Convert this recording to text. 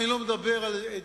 אני לא מדבר על ג'בל-מוכבר,